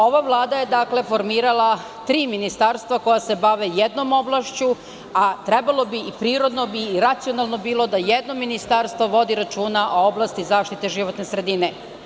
Ova Vlada je formirala tri ministarstva koja se bave jednom oblašću, a trebalo bi i bilo bi prirodno i racionalno da jedno ministarstvo vodi računa o oblasti zaštite životne sredine.